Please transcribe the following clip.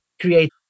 create